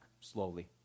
slowly